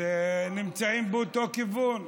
אז הם נמצאים באותו כיוון,